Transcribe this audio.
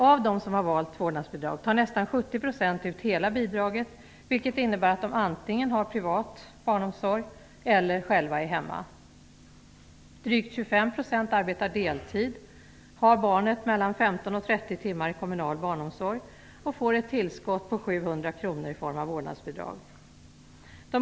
Av dem som får vårdnadsbidrag tar nästan 70 % ut hela bidraget, vilket innebär att de antingen har privat barnomsorg eller själva är hemma. Drygt 25 % arbetar deltid, har barnet mellan 15 och 30 timmar i kommunal barnomsorg och får ett tillskott på 700 kr i form av vårdnadsbidrag.